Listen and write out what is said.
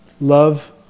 Love